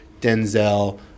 Denzel